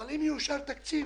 אבל אם יאושר תקציב